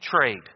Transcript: trade